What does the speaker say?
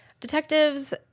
Detectives